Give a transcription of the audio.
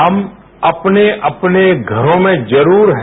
हम अपने अपने घरों में जरूर हैं